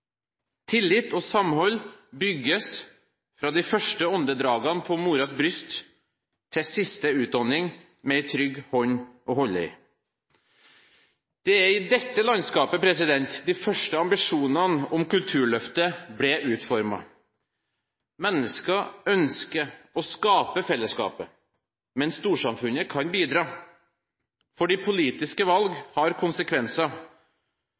Tillit og samhold bygges fra de første åndedragene på morens bryst til siste utånding med en trygg hånd å holde i. Det er i dette landskapet de første ambisjonene om Kulturløftet ble utformet. Mennesker ønsker å skape fellesskapet, men storsamfunnet kan bidra, for de politiske valg har konsekvenser.